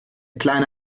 kleine